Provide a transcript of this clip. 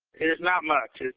there's not much. ah